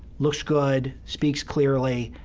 looks good, speaks clearly,